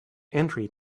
entry